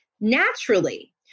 Naturally